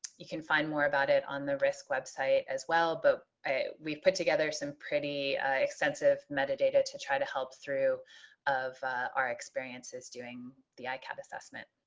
you can find more about it on the riscc website as well but we've put together some pretty extensive metadata to try to help through of our experiences doing the eicat assessment